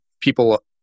people